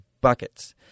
buckets